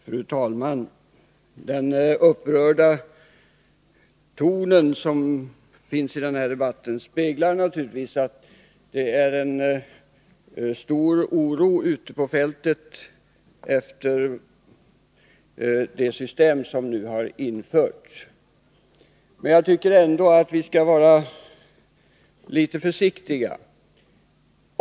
Fru talman! Den upprörda tonen i den här debatten speglar naturligtvis den stora oron ute på fältet efter det system för vårdavgifter som har införts. Ändå tycker jag att vi skall vara litet försiktiga.